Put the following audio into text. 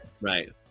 Right